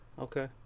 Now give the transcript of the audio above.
Okay